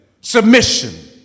Submission